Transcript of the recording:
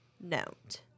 note